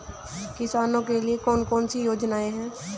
किसानों के लिए कौन कौन सी योजनाएं हैं?